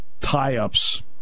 tie-ups